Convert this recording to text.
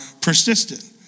persistent